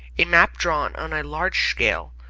a map drawn on a large scale,